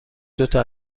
دوتا